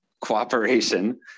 Cooperation